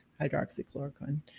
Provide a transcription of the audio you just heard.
hydroxychloroquine